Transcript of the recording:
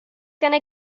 gonna